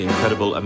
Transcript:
incredible